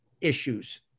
issues